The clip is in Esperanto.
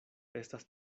estas